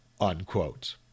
Unquote